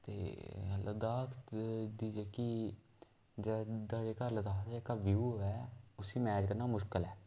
ते लद्दाख दी जेह्की दरद ऐ जेह्का लद्दाख जेह्का व्यू ऐ उसी मैच करना मुश्कल ऐ